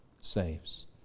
saves